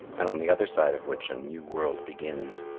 and on the other side of which a new world begins.